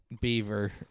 Beaver